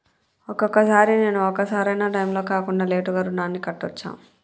ఒక్కొక సారి నేను ఒక సరైనా టైంలో కాకుండా లేటుగా రుణాన్ని కట్టచ్చా?